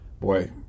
Boy